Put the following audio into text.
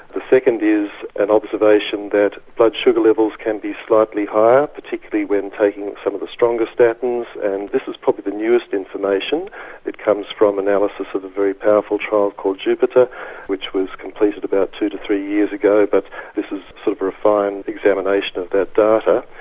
the second is is an observation that blood sugar levels can be slightly higher, particularly when taking some of the stronger statins and this is probably the newest information it comes from analysis of a very powerful trial called jupiter which was completed about two to three years ago, but this is sort of a refined examination of that data.